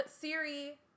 Siri